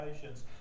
patience